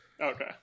Okay